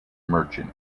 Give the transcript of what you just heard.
merchant